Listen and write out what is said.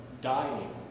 dying